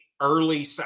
early